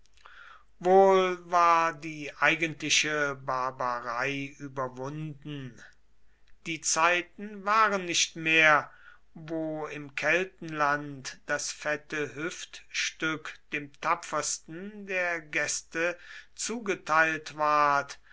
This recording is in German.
wohl war die eigentliche barbarei überwunden die zeiten waren nicht mehr wo im keltenland das fette hüftstück dem tapfersten der gäste zugeteilt ward